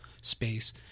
space